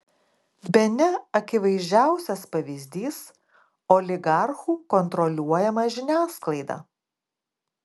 bene akivaizdžiausias pavyzdys oligarchų kontroliuojama žiniasklaida